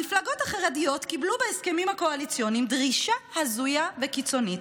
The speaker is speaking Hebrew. המפלגות החרדיות קיבלו בהסכמים הקואליציוניים דרישה הזויה וקיצונית,